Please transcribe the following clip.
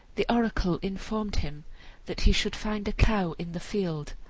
the oracle informed him that he should find a cow in the field,